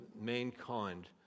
mankind